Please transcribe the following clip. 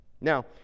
Now